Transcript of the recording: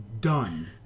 done